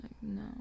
no